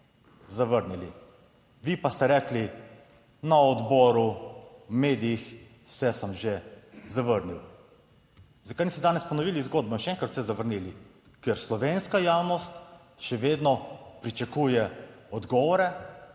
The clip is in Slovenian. zavrnili. Vi pa ste rekli na odboru, v medijih, vse sem že zavrnil. Zakaj niste danes ponovili zgodbo in še enkrat vse zavrnili? Ker slovenska javnost še vedno pričakuje odgovore